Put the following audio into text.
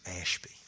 Ashby